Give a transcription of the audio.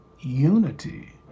unity